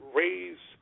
raise